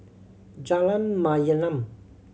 Jalan Mayaanam